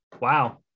Wow